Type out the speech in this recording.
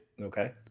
Okay